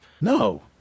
No